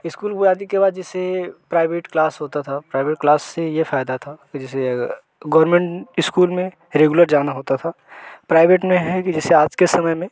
school वो आदि के बाद जिसे प्राइवेट क्लास होता था प्राइवेट क्लास से ये फ़ायदा था कि जैसे गवरमेन इस्कूल में रेगुलर जाना होता था प्राइवेट में है कि जैसे आज के समय में